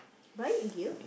riot gear